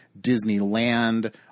Disneyland